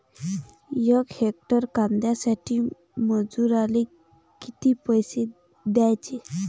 यक हेक्टर कांद्यासाठी मजूराले किती पैसे द्याचे?